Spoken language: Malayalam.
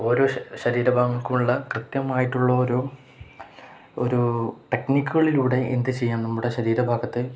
ഓരോ ശരീരഭാഗങ്ങക്കൂള്ള കൃത്യമായിട്ടുള്ള ഒരു ഒരു ടെക്നിക്കുകളിലൂടെ എന്തു ചെയ്യാം നമ്മുടെ ശരീരഭാഗത്ത്